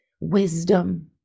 wisdom